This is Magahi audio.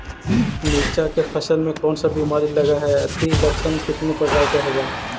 मीरचा के फसल मे कोन सा बीमारी लगहय, अती लक्षण कितने प्रकार के होब?